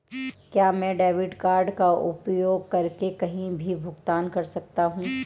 क्या मैं debit card का उपयोग करके कहीं भी भुगतान कर सकता हूं?